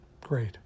great